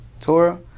Torah